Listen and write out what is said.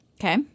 Okay